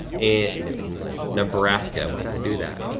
and new england, nebraska. why'd i do that?